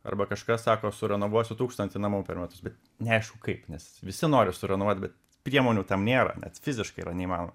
arba kažkas sako surenovuosiu tūkstantį namų per metus bet neaišku kaip nes visi nori surenovuot bet priemonių tam nėra net fiziškai yra neįmanoma